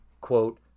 quote